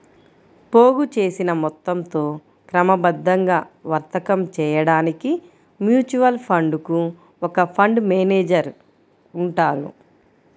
పోగుచేసిన మొత్తంతో క్రమబద్ధంగా వర్తకం చేయడానికి మ్యూచువల్ ఫండ్ కు ఒక ఫండ్ మేనేజర్ ఉంటారు